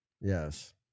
Yes